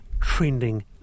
trending